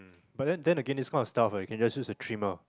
but then then again this kind of stuff ah can just use three mile